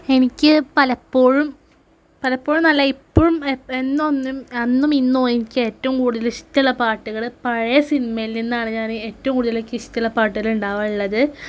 എനിക്ക് പലപ്പോഴും പലപ്പോഴെന്നല്ല ഇപ്പോഴും എന്നും എന്നും അന്നും ഇന്നും എനിക്കേറ്റവും കൂടുതലിഷ്ടമുള്ള പാട്ടുകൾ പഴയ സിനിമയിൽ നിന്നാണ് ഞാൻ ഏറ്റവും കൂടുതൽ എനിക്കിഷ്ടമുള്ള പാട്ടുകൾ ഉണ്ടാവാറുള്ളത്